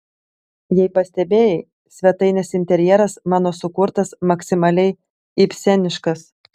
jei pastebėjai svetainės interjeras mano sukurtas maksimaliai ibseniškas